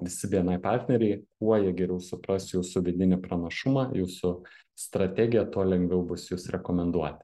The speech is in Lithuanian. visi bni partneriai kuo jie geriau supras jūsų vidinį pranašumą jūsų strategiją tuo lengviau bus jus rekomenduoti